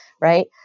right